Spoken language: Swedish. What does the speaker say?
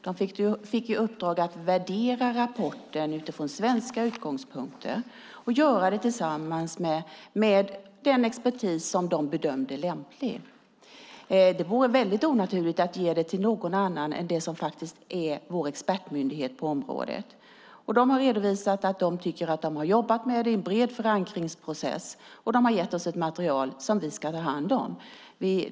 De fick i uppdrag att värdera rapporten utifrån svenska utgångspunkter, tillsammans med den expertis som de bedömde lämplig. Det vore väldigt onaturligt att ge uppdraget till någon annan än vår expertmyndighet på området. Folkhälsoinstitutet har redovisat att de har jobbat med det i en bred förankringsprocess, och de har gett oss ett material som vi ska ta hand om.